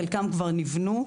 חלקם כבר נבנו.